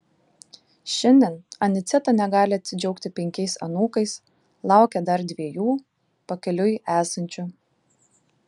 šiandien aniceta negali atsidžiaugti penkiais anūkais laukia dar dviejų pakeliui esančių